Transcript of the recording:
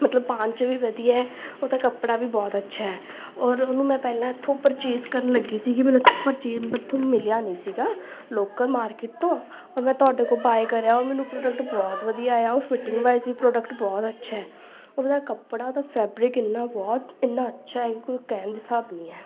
ਮਤਲਬ ਪਾਉਣ 'ਚ ਵੀ ਵਧੀਆ ਉਹਦਾ ਕੱਪੜਾ ਵੀ ਬਹੁਤ ਅੱਛਾ ਔਰ ਉਹਨੂੰ ਮੈਂ ਪਹਿਲਾਂ ਇੱਥੋਂ ਪਰਚੇਜ਼ ਕਰਨ ਲੱਗੀ ਸੀਗੀ ਪਰਚੇਸ ਇੱਥੋਂ ਮਿਲਿਆ ਨਹੀਂ ਸੀਗਾ ਲੋਕਲ ਮਾਰਕੀਟ ਤੋਂ ਔਰ ਮੈਂ ਤੁਹਾਡੇ ਕੋਲੋਂ ਬਾਏ ਕਰਿਆ ਉਹ ਮੈਨੂੰ ਪ੍ਰੋਡਕਟ ਬਹੁਤ ਵਧੀਆ ਆਇਆ ਉਹ ਫੀਟਿੰਗ ਬਾਈਜ ਵੀ ਪ੍ਰੋਡਕਟ ਬਹੁਤ ਅੱਛਾ ਹੈ ਉਹਦਾ ਕੱਪੜਾ ਉਹਦਾ ਫੈਬਰਿਕ ਇੰਨਾ ਬਹੁਤ ਇੰਨਾ ਅੱਛਾ ਹੈ ਕਿ ਕੋਈ ਕਹਿਣ ਦਾ ਹਿਸਾਬ ਨਹੀਂ ਹੈ